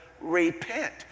repent